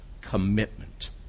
commitment